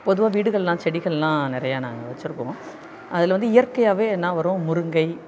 பொதுவாக வீடுகளெலாம் செடிகளெலாம் நிறையா நாங்கள் வெச்சுசிருப்போம் அதில் வந்து இயற்கையாகவே என்ன வரும் முருங்கை